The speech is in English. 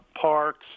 parks